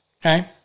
okay